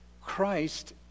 Christ